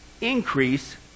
Increase